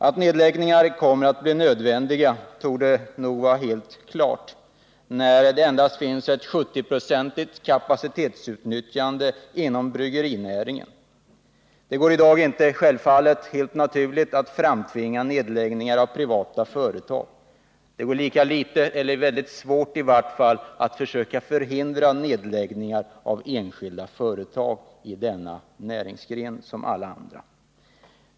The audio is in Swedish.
Att nedläggningar kommer att bli nödvändiga torde vara helt klart då det endast finns ett 70-procentigt kapacitetsutnyttjande inom bryggerinäringen. Det går i dag helt naturligt inte att framtvinga nedläggningar av privata företag, lika litet som det går — eller åtminstone är väldigt svårt — att förhindra nedläggningar inom såväl denna näringsgren som alla andra.